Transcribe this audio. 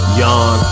yawn